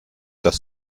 das